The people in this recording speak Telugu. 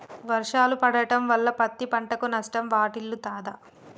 వర్షాలు పడటం వల్ల పత్తి పంటకు నష్టం వాటిల్లుతదా?